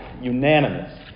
Unanimous